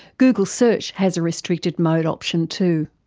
google search has a restricted mode option too.